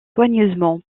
soigneusement